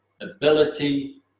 ability